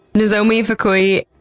nozomi fukui,